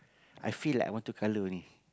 I feel like I want to colour only